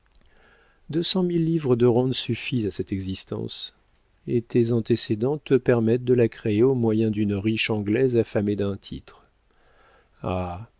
mille livres de rente suffisent à cette existence et tes antécédents te permettent de la créer au moyen d'une riche anglaise affamée d'un titre ah